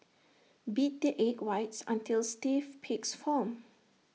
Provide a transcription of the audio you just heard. beat the egg whites until stiff peaks form